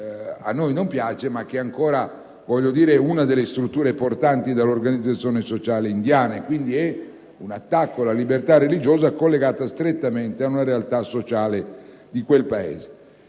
a noi non piace, ma che è ancora una delle strutture portanti dell'organizzazione sociale indiana e, quindi, è un attacco alla libertà religiosa collegato strettamente ad una realtà sociale di quel Paese.